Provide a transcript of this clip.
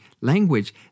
language